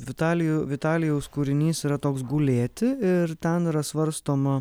vitalijų vitalijaus kūrinys yra toks gulėti ir ten yra svarstoma